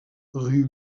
rue